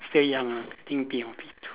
still young ah I think P one P two